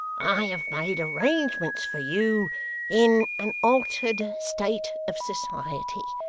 i have made arrangements for you in an altered state of society,